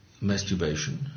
masturbation